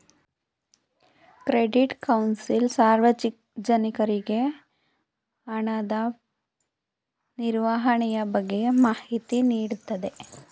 credit council ಸಾರ್ವಜನಿಕರಿಗೆ ಹಣದ ನಿರ್ವಹಣೆಯ ಬಗ್ಗೆ ಮಾಹಿತಿ ನೀಡುತ್ತದೆ